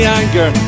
anger